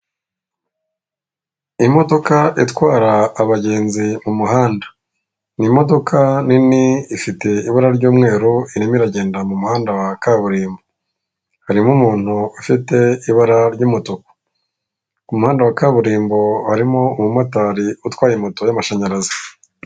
Imodoka itwara abagenzi mu muhanda, ni imodoka nini ifite ibara ry'umweru irimo iragenda mu muhanda wa kaburimbo, harimo umuntu ufite ibara ry'umutuku. Ku muhanda wa kaburimbo harimo umumotari utwaye moto y'amashanyarazi.